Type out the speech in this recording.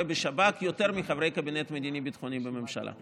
בשב"כ יותר מחברי הקבינט המדיני הביטחוני בממשלה,